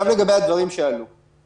לדברים אחרים שעלו.